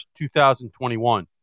2021